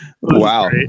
Wow